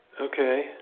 Okay